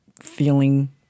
feeling